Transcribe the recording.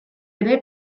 ere